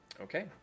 Okay